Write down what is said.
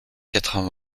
quatre